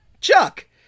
Chuck